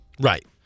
Right